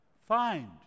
find